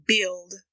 build